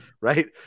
Right